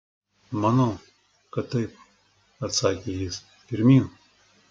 manau kad taip atsakė jis pirmyn